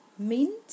Mint